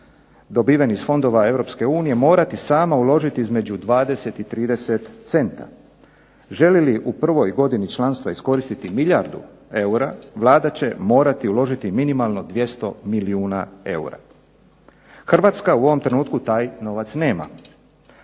dobiven iz fondova Europske unije morati sama uložiti između 20 i 30 centa. Želi li u prvoj godini članstva iskoristiti milijardu eura Vlada će morati uložiti minimalno 200 milijuna eura. Hrvatska u ovom trenutku taj novac nema,